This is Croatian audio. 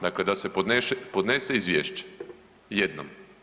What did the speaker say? Dakle, da se podnese izvješće jednom.